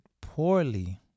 poorly